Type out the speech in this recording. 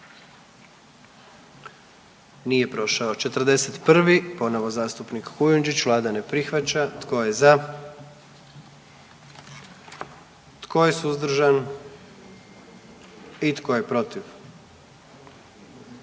dio zakona. 44. Kluba zastupnika SDP-a, vlada ne prihvaća. Tko je za? Tko je suzdržan? Tko je protiv?